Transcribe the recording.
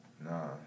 Nah